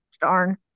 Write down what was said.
Darn